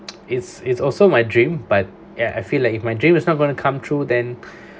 it's it's also my dream but ya I feel like if my dream is not gonna come through then